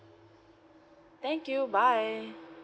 thank you bye